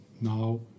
now